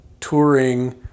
touring